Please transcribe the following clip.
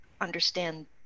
understand